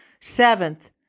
Seventh